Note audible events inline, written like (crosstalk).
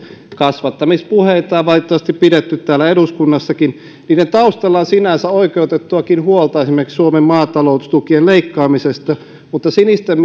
kasvattamispuheita on valitettavasti pidetty täällä eduskunnassakin niiden taustalla on sinänsä oikeutettuakin huolta esimerkiksi suomen maataloustukien leikkaamisesta mutta sinisten (unintelligible)